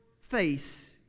face